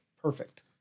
perfect